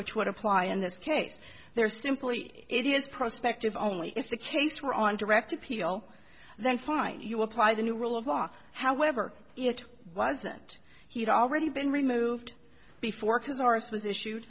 which would apply in this case they're simply it is prospective only if the case were on direct appeal then fine you apply the new rule of law however it wasn't he'd already been removed before his arse was issue